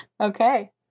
Okay